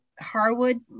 Harwood